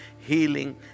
healing